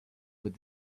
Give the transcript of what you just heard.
with